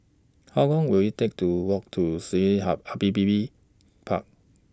How Long Will IT Take to Walk to Sungei Api Api Park